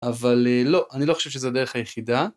אבל לא, אני לא חושב שזה הדרך היחידה.